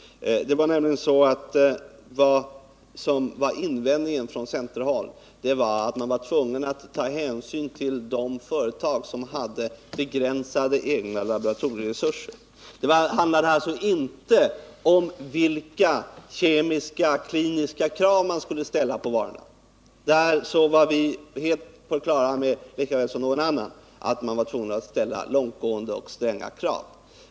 Det som var invändningen från centerhåll var att man skulle vara tvungen att ta hänsyn till de företag som hade begränsade egna laboratorieresurser. Det handlade alltså inte om vilka kemiska, kliniska krav som skulle ställas på varorna. Där var vi helt på det klara med, lika väl som någon annan, att vi var tvungna att ställa långtgående och stränga krav.